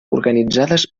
organitzades